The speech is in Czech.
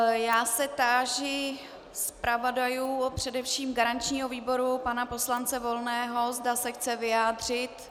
Táži se zpravodajů, především garančního výboru pana poslance Volného, zda se chce vyjádřit.